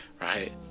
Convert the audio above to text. right